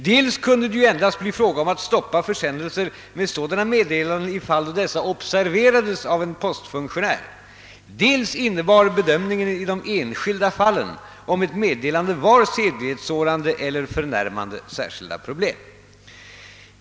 Dels kunde det ju endast bli fråga om att stoppa försändelser med sådana meddelanden i fall då dessa observerades av en postfunktionär, dels innebar bedömningen i de enskilda fallen om ett meddelande var sedlighetssårande eller förnärmande särskilda problem.